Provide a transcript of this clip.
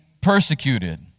persecuted